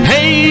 Hey